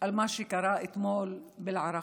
על מה שקרה אתמול באל-עראקיב.